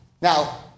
Now